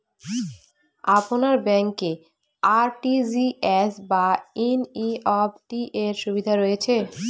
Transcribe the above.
আপনার ব্যাংকে আর.টি.জি.এস বা এন.ই.এফ.টি র সুবিধা রয়েছে?